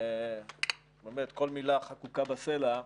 שבאמת כל מילה חקוקה בסלע,